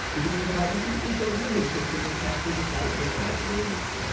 the domain privacy will show bluehost's information for the site and not yours.